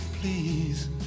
please